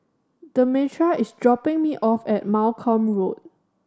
Demetra is dropping me off at Malcolm Road